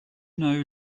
know